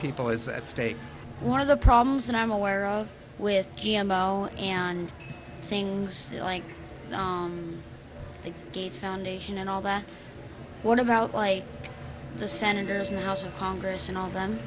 people is at stake one of the problems that i'm aware of with and things like the gates foundation and all that what about the senators and house of congress and all of them